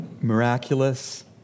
miraculous